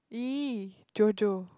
!ee! JoJo